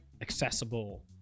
accessible